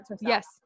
yes